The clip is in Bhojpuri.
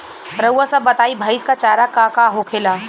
रउआ सभ बताई भईस क चारा का का होखेला?